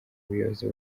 buyobozi